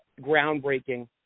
groundbreaking